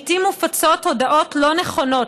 לעיתים מופצות הודעות לא נכונות,